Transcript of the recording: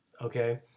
okay